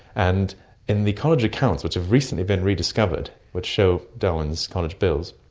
and in the college accounts, which have recently been rediscovered which show darwin's college bills,